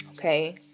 Okay